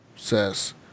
Says